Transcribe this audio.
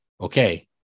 okay